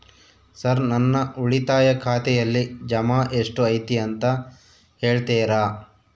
Sir ನನ್ನ ಉಳಿತಾಯ ಖಾತೆಯಲ್ಲಿ ಜಮಾ ಎಷ್ಟು ಐತಿ ಅಂತ ಹೇಳ್ತೇರಾ?